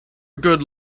good